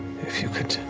if you could